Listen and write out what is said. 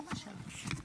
למה שלוש?